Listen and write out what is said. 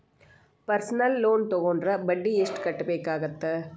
personal loan ತೊಗೊಂಡ್ರ ಬಡ್ಡಿ ಎಷ್ಟ್ ಕಟ್ಟಬೇಕಾಗತ್ತಾ